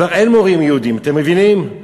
כבר אין מורים יהודים, אתם מבינים?